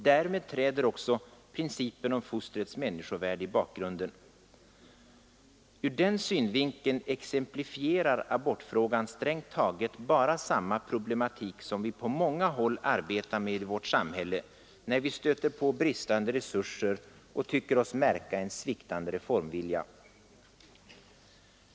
Därmed träder också principen om fostrets människovärde i bakgrunden. Ur den synvinkeln exemplifierar abortfrågan strängt taget bara samma problematik, som vi på många håll arbetar med i vårt samhälle, där vi stöter på bristande resurser och där vi tycker oss märka en sviktande reformvilja.